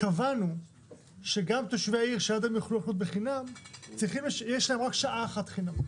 קבענו שגם תושבי העיר שיכלו לחנות בחינם יש להם רק שעה אחת חינם,